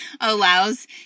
allows